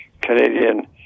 Canadian